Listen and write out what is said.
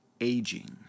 aging